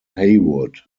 heywood